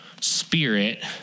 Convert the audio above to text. spirit